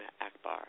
Akbar